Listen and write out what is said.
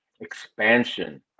expansion